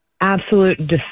absolute